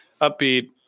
upbeat